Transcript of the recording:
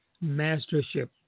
mastership